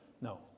No